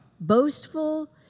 boastful